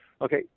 Okay